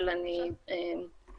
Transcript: אבל אני בטוחה